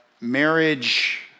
marriage